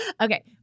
Okay